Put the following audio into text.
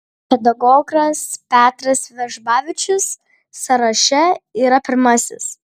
pedagogas petras vežbavičius sąraše yra pirmasis